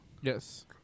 Yes